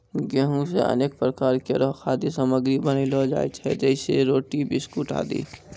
गेंहू सें अनेक प्रकार केरो खाद्य सामग्री बनैलो जाय छै जैसें रोटी, बिस्कुट आदि